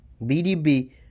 BDB